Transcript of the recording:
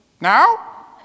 Now